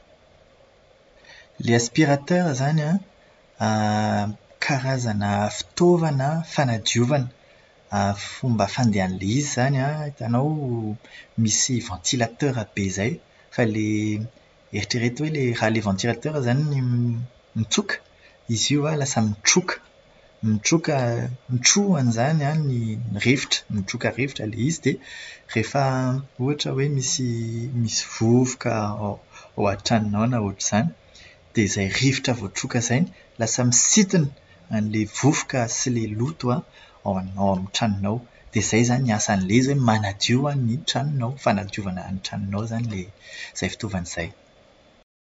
Ilay aspiratera izany an, karazana fitaovana fanadiovana. Fomba fandehan'ilay izy izany an, hitanao misy "ventilateur" be izay, fa ilay- eritrereto hoe raha ilay "ventilateur" izany mi- mitsoka, izy io lasa mitroka. Mitroka, notrohany izany ny rivotra. Mitroka rivotra ilay izy dia, rehefa ohatra hoe misy vovoka ao an-tranonao na ohatr'izany, izay rivotra voatroka izay, lasa misintona an'ilay vovoka sy ilay loto an ao an- ao amin'ny tranonao. Dia izay izany ny asan'ilay izy hoe manadio ny tranonao. Fanadiovana ny tranonao izany ilay izay fitaovana izay.